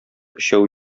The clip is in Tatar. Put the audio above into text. өчәү